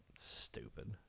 Stupid